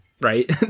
right